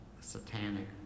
satanic